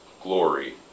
glory